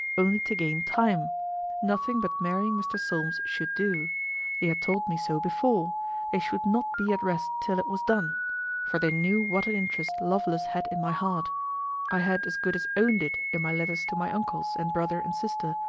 only to gain time nothing but marrying mr. solmes should do they had told me so before they should not be at rest till it was done for they knew what an interest lovelace had in my heart i had as good as owned it in my letters to my uncles, and brother and sister,